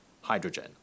hydrogen